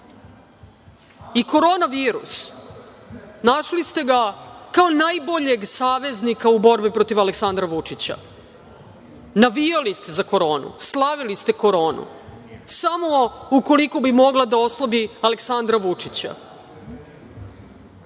Korona virus, našli ste ga kao najboljeg saveznika u borbi protiv Aleksandra Vučića, navijali ste za Koronu, slavili ste Koronu, samo ukoliko bi mogla da oslabi Aleksandra Vučića